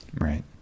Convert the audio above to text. Right